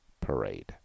parade